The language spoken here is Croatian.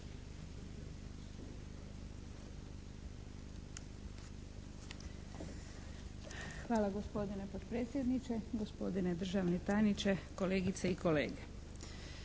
Hvala gospodine potpredsjedniče. Gospodine državni tajniče, kolegice i kolege.